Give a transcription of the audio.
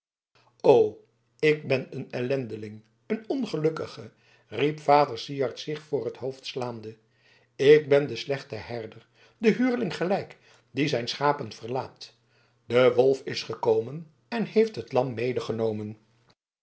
o ik ben een ellendeling een ongelukkige riep vader syard zich voor het hoofd slaande ik ben den slechten herder den huurling gelijk die zijn schapen verlaat de wolf is gekomen en heeft het lam medegenomen